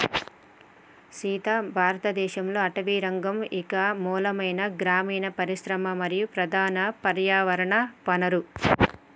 సీత భారతదేసంలో అటవీరంగం ఇంక మూలమైన గ్రామీన పరిశ్రమ మరియు ప్రధాన పర్యావరణ వనరు